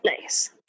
Nice